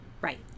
Right